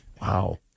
Wow